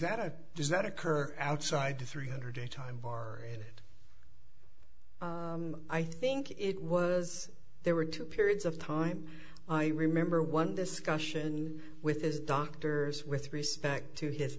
that it does that occur outside three hundred a time bar and it i think it was there were two periods of time i remember one discussion with his doctors with respect to his